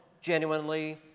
genuinely